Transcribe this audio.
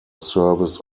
service